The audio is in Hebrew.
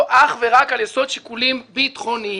אך ורק על יסוד שיקולים ביטחוניים,